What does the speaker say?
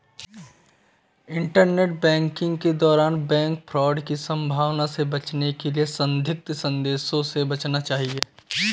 internet banking के दौरान bank fraud की संभावना से बचने के लिए संदिग्ध संदेशों से बचना चाहिए